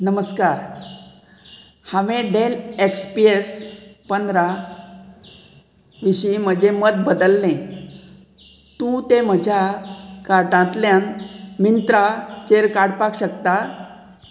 नमस्कार हांवें Dell X P S पंदरा विशीं म्हजें मत बदल्लें तूं तें म्हज्या कार्टांतल्यान मिंत्राचेर काडपाक शकता